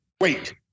Wait